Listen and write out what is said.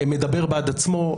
מדבר בעד עצמו.